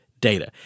data